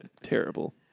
terrible